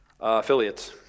Affiliates